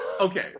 Okay